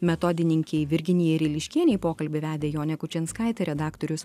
metodininkei virginijai ryliškienei pokalbį vedė jonė kučinskaitė redaktorius